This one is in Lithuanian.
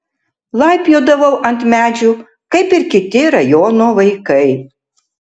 laipiodavau ant medžių kaip ir kiti rajono vaikai